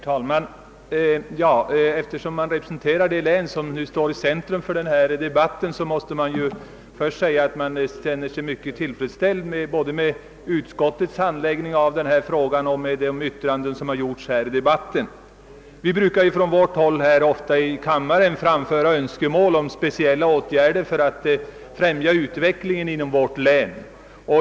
Herr talman! Eftersom jag representerar det län som står i centrum för denna debatt, måste jag först säga att jag är mycket tillfredsställd både med utskottets handläggning av denna fråga och med de uttalanden som gjorts i denna debatt. Från vårt håll brukar vi ofta här i kammaren framföra önskemål om speciella åtgärder för att främja utvecklingen i vårt län.